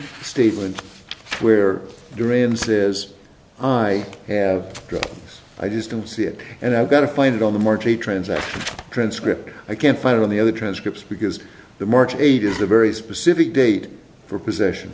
statement where durians is i have i just don't see it and i've got to find it on the marquee transit transcript i can't find it on the other transcripts because the march eighth is a very specific date for possession